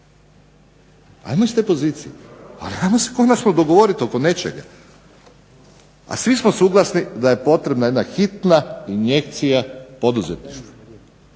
ajmo iz te pozicije, ali ajmo se konačno dogovorit oko nečega, a svi smo suglasni da je potrebna jedna hitna injekcija poduzetništvu.